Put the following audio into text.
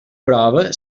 prova